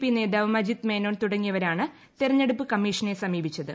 P നേതാവ് മജിദ് മേനോൻ തുടങ്ങിയവരാണ് തിരഞ്ഞെടുപ്പ് കമ്മീഷനെ സമീപിച്ചത്